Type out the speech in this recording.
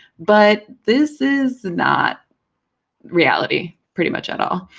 but this is not reality, pretty much at all.